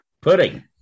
pudding